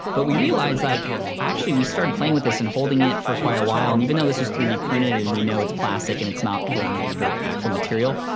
but we realized, like, actually we started playing with this and holding it for quite a while, and even though this was three d printed and we know it's plastic and it's not going to be the actual material,